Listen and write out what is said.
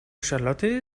charlotte